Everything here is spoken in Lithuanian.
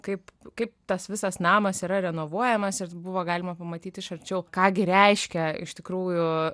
kaip kaip tas visas namas yra renovuojamas ir buvo galima pamatyti iš arčiau ką gi reiškia iš tikrųjų